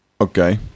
okay